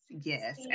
yes